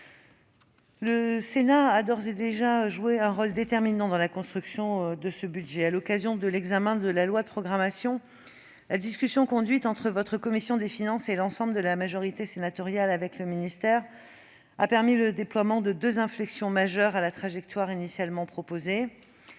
Le Sénat a d'ores et déjà joué un rôle déterminant dans la construction de ce budget. À l'occasion de l'examen de la loi de programmation, la discussion conduite entre votre commission des finances et l'ensemble de la majorité sénatoriale avec le ministère de l'enseignement supérieur, de la recherche et de